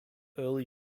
early